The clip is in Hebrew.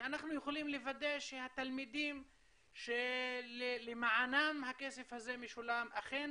שאנחנו יכולים לוודא שהתלמידים שלמענם הכסף הזה משולם אכן